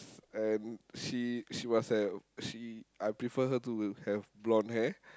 and she she must have she I prefer her to have blonde hair